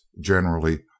generally